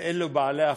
אלו בעלי הבטחה,